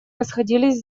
расходились